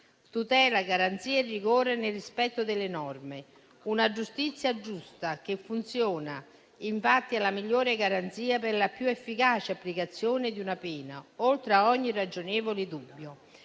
tutela di garanzia e rigore nel rispetto delle norme; una giustizia giusta, che funziona, è infatti la migliore garanzia per la più efficace applicazione di una pena, oltre ogni ragionevole dubbio.